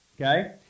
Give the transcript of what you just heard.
Okay